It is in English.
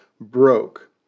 broke